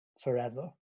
forever